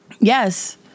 Yes